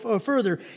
further